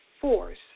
force